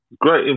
Great